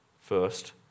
First